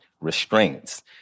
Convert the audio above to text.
restraints